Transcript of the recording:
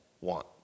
want